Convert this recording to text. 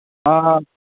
ꯑꯥ ꯑꯥ